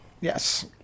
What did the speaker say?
Yes